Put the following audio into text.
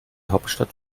hauptstadt